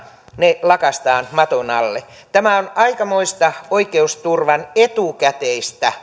ne lakaistaan maton alle tämä on aikamoista oikeusturvan etukäteistä